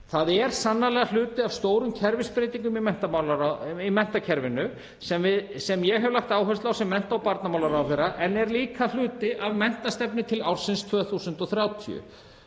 Það er sannarlega hluti af stórum kerfisbreytingum í menntakerfinu sem ég hef lagt áherslu á sem mennta- og barnamálaráðherra en er líka hluti af menntastefnu til ársins 2030